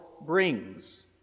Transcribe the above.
brings